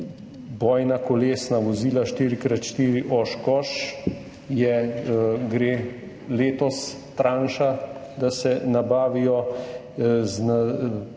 bojna kolesna vozila 4x4 Oshkosh gre letos tranša, da se nabavijo, potem je